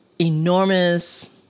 enormous